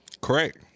Correct